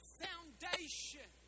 foundation